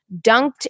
dunked